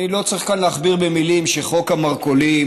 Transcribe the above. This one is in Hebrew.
אני לא צריך כאן להכביר במילים שחוק המרכולים